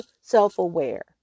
self-aware